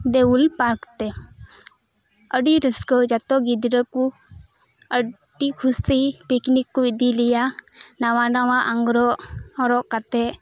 ᱫᱮᱣᱩᱞ park ᱛᱮ ᱟᱹᱰᱤ ᱨᱟᱹᱥᱠᱟᱹ ᱡᱚᱛᱚ ᱜᱤᱫᱽᱨᱟᱹ ᱠᱚ ᱟᱹᱰᱤ ᱠᱩᱥᱤ ᱯᱤᱠᱱᱤᱠ ᱠᱚ ᱤᱫᱤᱞᱮᱭᱟ ᱱᱟᱣᱟ ᱱᱟᱣᱟ ᱟᱝᱨᱚᱵ ᱦᱚᱨᱚᱜ ᱠᱟᱛᱮᱫ